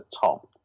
top